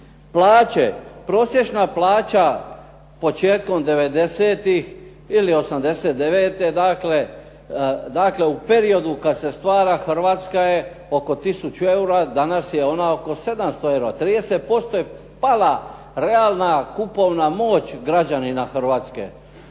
Plaće. Prosječna plaća početkom 90-tih ili 89., dakle u periodu kad se stvara Hrvatska je oko tisuću eura, danas je ona oko 700 eura. 30% je pala realna kupovna moć građanina Hrvatske.